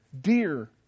dear